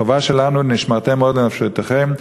החובה שלנו היא "ונשמרתם מאד לנפשתיכם",